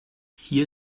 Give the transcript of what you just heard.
hier